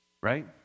Right